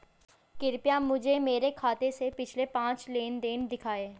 कृपया मुझे मेरे खाते से पिछले पांच लेनदेन दिखाएं